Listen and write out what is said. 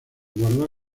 guardar